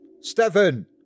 Stefan